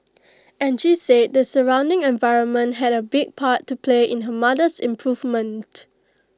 Angie said the surrounding environment had A big part to play in her mother's improvement